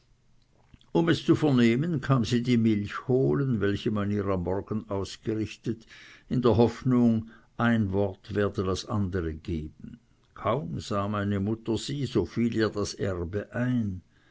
um es zu vernehmen kam sie die milch zu holen welche man ihr am morgen ausgerichtet hoffend ein wort werde das andere geben kaum sah meine mutter sie so fiel ihr das erbe ein